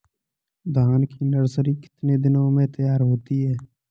धान की नर्सरी कितने दिनों में तैयार होती है?